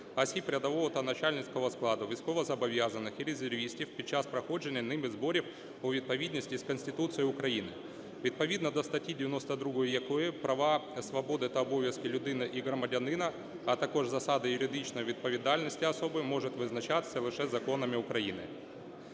осіб рядового та начальницького складу, військовозобов'язаних і резервістів під час проходження ними зборів у відповідність із Конституцією України, відповідно до статті 92 якої права, свободи та обов'язки людини і громадянина, а також засади юридичної відповідальності особи можуть визначатися лише законами України.